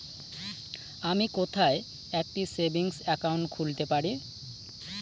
আমি কোথায় একটি সেভিংস অ্যাকাউন্ট খুলতে পারি?